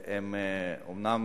הם אומנם